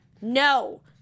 No